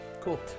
Cool